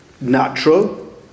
natural